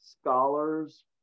scholars